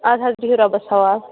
اَدٕ حظ بِہِو رۄبَس حوال